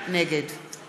אז אתם, תפסיק.